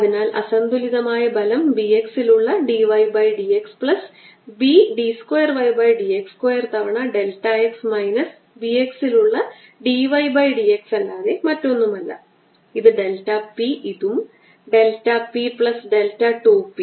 അതിനാൽ അസന്തുലിതമായ ബലം B x ൽ ഉള്ള d y by d x plus B d square y by d x square തവണ delta x minus B x ൽ ഉള്ള d y by d x അല്ലാതെ മറ്റൊന്നുമല്ല ഇത് ഡെൽറ്റ p ഇതും delta p plus delta 2 P